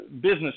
business